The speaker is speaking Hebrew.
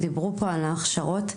דיברו פה על ההכשרות,